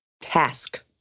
task